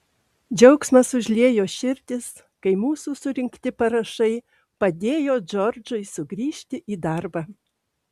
džiaugsmas užliejo širdis kai mūsų surinkti parašai padėjo džordžui sugrįžti į darbą